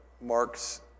Mark's